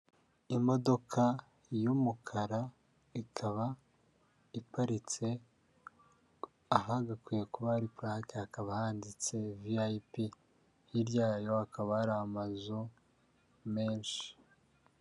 Imodoka y'umukara, ikaba iparitse, ahagakwiye kuba ari purake hakaba handitse viyayipi. Hiryayo hakaba ari amazu menshi.